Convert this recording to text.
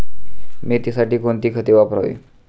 मेथीसाठी कोणती खते वापरावी?